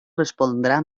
respondrà